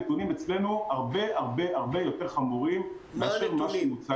הנתונים אצלנו הרבה הרבה הרבה יותר חמורים מאשר מה שהמוצג פה.